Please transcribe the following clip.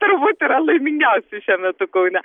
turbūt yra laimingiausi šiuo metu kaune